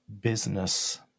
business